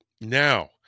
Now